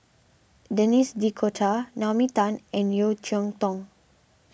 Denis D'Cotta Naomi Tan and Yeo Cheow Tong